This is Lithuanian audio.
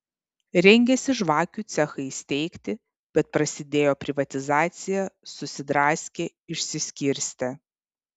rengėsi žvakių cechą įsteigti bet prasidėjo privatizacija susidraskė išsiskirstė